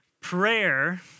Prayer